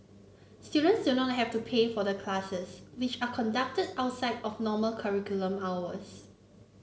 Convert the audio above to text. students do not have to pay for the classes which are conducted outside of normal curriculum hours